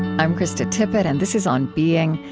i'm krista tippett, and this is on being.